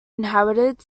inhabited